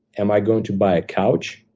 am i going to buy a couch,